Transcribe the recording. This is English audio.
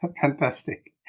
Fantastic